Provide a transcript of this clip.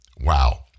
Wow